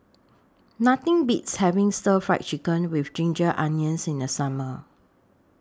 Nothing Beats having Stir Fried Chicken with Ginger Onions in The Summer